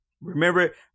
Remember